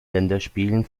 länderspielen